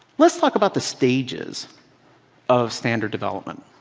let's talk about the stages of standard development.